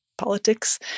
Politics